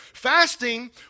Fasting